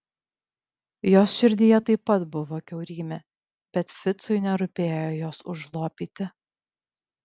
jos širdyje taip pat buvo kiaurymė bet ficui nerūpėjo jos užlopyti